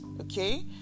okay